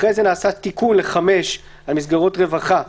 אחרי זה נעשה תיקון ל-(5), על מסגרות רווחה: